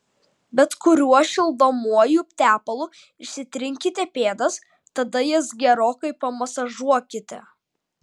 bet kuriuo šildomuoju tepalu išsitrinkite pėdas tada jas gerokai pamasažuokite